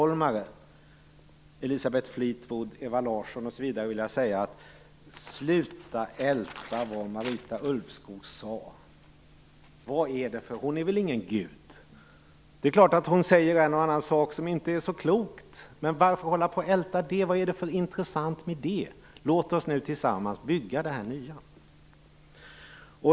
Larsson osv. - vill jag säga följande: Sluta älta vad Marita Ulvskog sade! Hon är väl ingen gud. Det är klart att hon säger en och annan sak som inte är så klok. Men varför hålla på och älta det? Vad är det för intressant med det? Låt oss nu tillsammans bygga det nya!